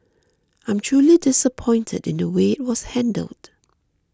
I'm truly disappointed in the way it was handled